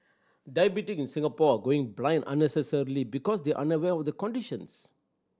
diabetic in Singapore are going blind unnecessarily because they are unaware of the conditions